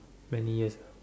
many years